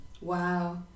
Wow